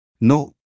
no